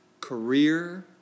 career